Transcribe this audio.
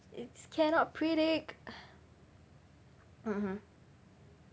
its cannot predict mmhmm